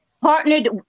partnered